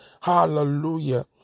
Hallelujah